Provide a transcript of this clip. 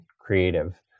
creative